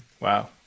Wow